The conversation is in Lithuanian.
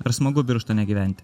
ar smagu birštone gyventi